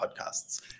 podcasts